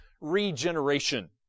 regeneration